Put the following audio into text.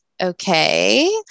okay